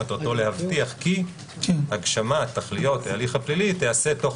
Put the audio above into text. מטרתו להבטיח כי הגשמת תכליות ההליך הפלילי תיעשה תוך